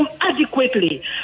adequately